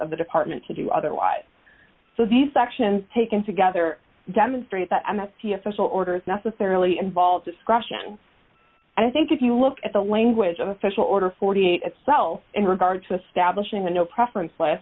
of the department to do otherwise so these actions taken together demonstrate that m s t official orders necessarily involve discretion i think if you look at the language of official order forty eight itself in regard to establishing the no preference clas